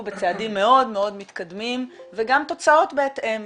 בצעדים מאוד מתקדמים וגם התוצאות בהתאם.